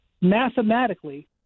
Mathematically